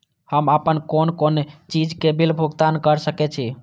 हम आपन कोन कोन चीज के बिल भुगतान कर सके छी?